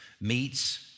meets